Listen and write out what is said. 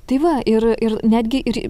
tai va ir ir netgi ir